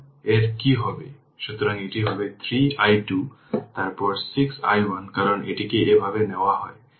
সুতরাং এটি হবে 3 i2 তারপর 6 i1 কারণ এটিকে এভাবে নেওয়া হয় তাহলে 12 Voc হবে 0 এভাবে লিখতে পারেন